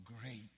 great